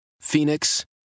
Phoenix